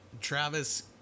Travis